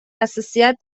حساسیت